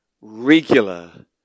regular